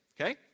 Okay